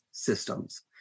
Systems